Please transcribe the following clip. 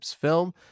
film